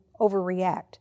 overreact